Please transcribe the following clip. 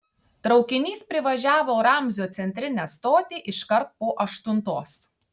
traukinys privažiavo ramzio centrinę stotį iškart po aštuntos